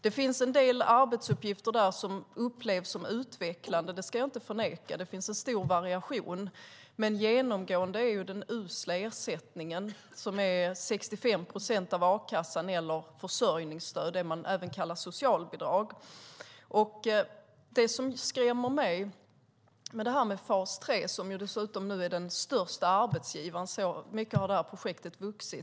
Det finns en del arbetsuppgifter där som upplevs som utvecklande. Det ska jag inte förneka. Det finns en stor variation, men den usla ersättningen är genomgående. Den är 65 procent av a-kassan eller försörjningsstöd, det man även kallar socialbidrag. Fas 3 är nu den största arbetsgivaren. Så mycket har det här projektet vuxit.